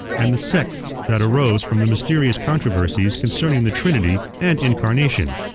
and the sects that arose from the mysterious controversies concerning the trinity and incarnation.